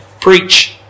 preach